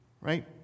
right